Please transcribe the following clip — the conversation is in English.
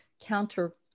counter